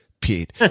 Pete